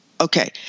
Okay